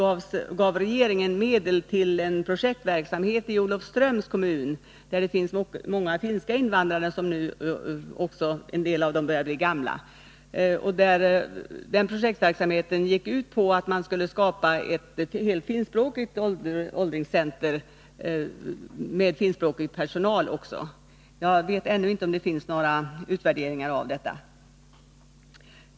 a. gav regeringen medel till en projektverksamhet i Olofströms kommun, där det finns många finska invandrare, av vilka en del börjar bli gamla. Den projektverksamheten gick ut på att skapa ett helt finskspråkigt åldringscenter med finskspråkig personal. Jag vet inte om det ännu finns några utvärderingar av projektet.